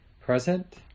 present